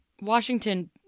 Washington